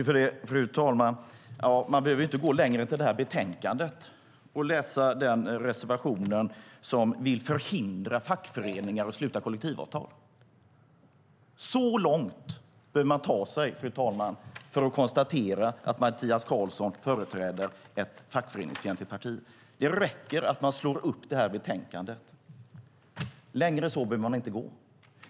Fru talman! Man behöver inte gå längre än till det aktuella betänkandet och läsa den reservation som vill förhindra fackföreningar att sluta kollektivavtal. Så långt behöver man ta sig, fru talman, för att konstatera att Mattias Karlsson företräder ett fackföreningsfientligt parti - det räcker med att man slår upp det här betänkandet! Längre än så behöver man inte gå.